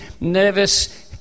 nervous